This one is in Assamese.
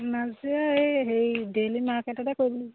নাজিৰাৰ এই হেৰি ডেইলি মাৰ্কেটতে কৰিম